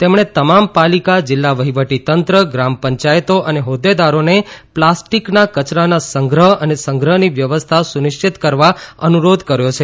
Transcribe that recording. તેમણે તમામ પાલિકા જીલ્લા વહીટવટીતંત્ર ગ્રામપંચાયતો અને હોદ્દેદારોને પ્લાસ્ટીકના કચરાના સંગ્રહ અને સંગ્રહની વ્યવસ્થા સુનિશ્ચિત કરવા અનુરોધ કર્યો છે